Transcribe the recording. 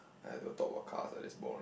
!aiya! don't talk about cars ah this boring